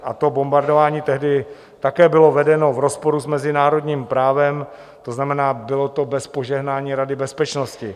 A to bombardování tehdy také bylo vedeno v rozporu s mezinárodním právem, to znamená, bylo to bez požehnání Rady bezpečnosti.